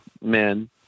men